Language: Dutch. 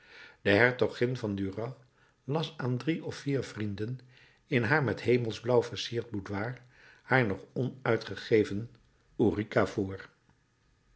de hertogin van duras las aan drie of vier vrienden in haar met hemelsblauw versierd boudoir haar nog onuitgegeven ourika voor